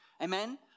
amen